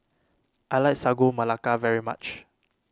I like Sagu Melaka very much